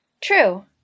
True